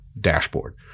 dashboard